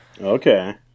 Okay